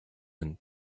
and